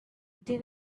they